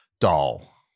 doll